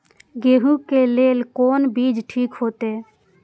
गेहूं के लेल कोन बीज ठीक होते?